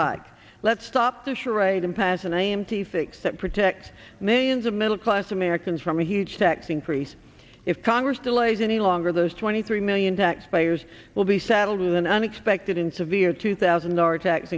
hike let's stop the charade impasse and a m t fix that protects millions of middle class americans from a huge tax increase if congress delays any longer those twenty three million taxpayers will be saddled with an unexpected and severe two thousand are tax